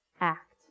act